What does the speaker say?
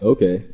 Okay